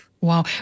Wow